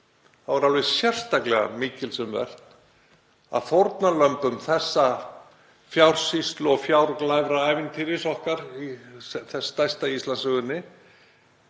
þá er alveg sérstaklega mikils um vert að kjör fórnarlamba þessa fjársýslu- og fjárglæfraævintýris okkar, þess stærsta í Íslandssögunni,